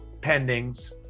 pendings